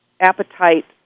appetite